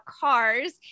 cars